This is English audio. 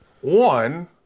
One